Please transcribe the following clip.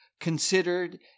considered